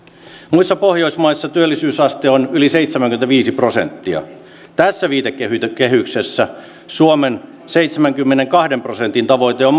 muissa pohjoismaissa työllisyysaste on yli seitsemänkymmentäviisi prosenttia tässä viitekehyksessä suomen seitsemänkymmenenkahden prosentin tavoite on